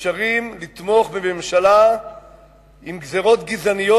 ונשארים לתמוך בממשלה עם גזירות גזעניות,